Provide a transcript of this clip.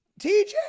TJ